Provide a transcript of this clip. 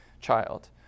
child